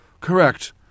Correct